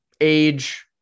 age